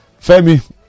Femi